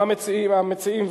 מה מציעים המציעים,